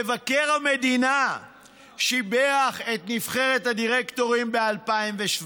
מבקר המדינה שיבח את נבחרת הדירקטורים ב-2017,